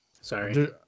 Sorry